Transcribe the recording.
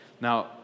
Now